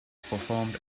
performed